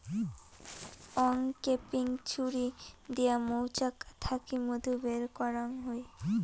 uncapping ছুরি দিয়া মৌচাক থাকি মধু বের করাঙ হই